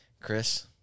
Chris